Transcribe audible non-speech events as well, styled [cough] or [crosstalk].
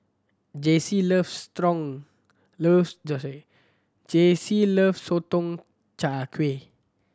Jaycee loves sotong [unintelligible] Jaycee loves Sotong Char Kway